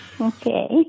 Okay